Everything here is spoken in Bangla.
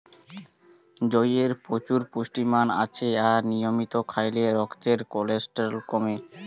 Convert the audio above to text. জইয়ে প্রচুর পুষ্টিমান আছে আর নিয়মিত খাইলে রক্তের কোলেস্টেরল কমে